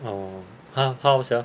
orh ha how sia